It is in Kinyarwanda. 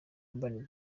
urban